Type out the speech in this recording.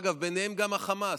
דרך אגב, ביניהם גם החמאס.